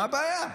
מה הבעיה?